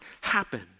happen